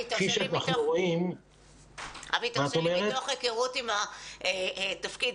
מתוך הכרות עם התפקיד,